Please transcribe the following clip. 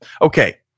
Okay